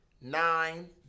Nine